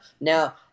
Now